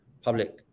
public